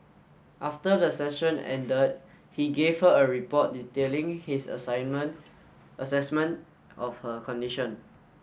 after the session ended he gave her a report detailing his assignment assessment of her condition